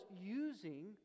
using